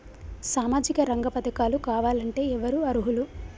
సామాజిక రంగ పథకాలు కావాలంటే ఎవరు అర్హులు?